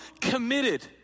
committed